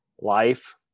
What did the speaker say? life